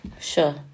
sure